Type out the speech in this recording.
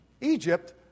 Egypt